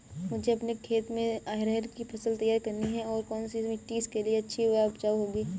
मुझे अपने खेत में अरहर की फसल तैयार करनी है और कौन सी मिट्टी इसके लिए अच्छी व उपजाऊ होगी?